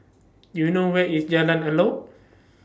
Do YOU know Where IS Jalan Elok